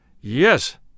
Yes